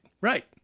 right